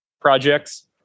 projects